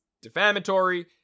defamatory